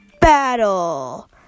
battle